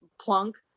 plunk